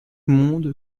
monde